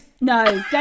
No